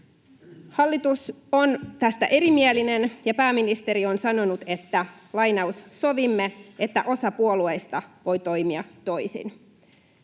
Hallitus on tästä erimielinen, ja pääministeri on sanonut: ”Sovimme, että osa puolueista voi toimia toisin.”